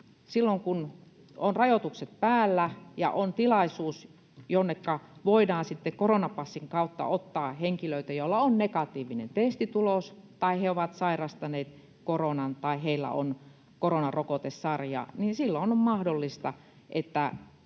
kun on rajoitukset päällä ja on tilaisuus, jonneka voidaan sitten koronapassin kautta ottaa henkilöitä, joilla on negatiivinen testitulos tai jotka ovat sairastaneet koronan tai joilla on koronarokotesarja, niin silloin on mahdollista, että